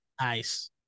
Nice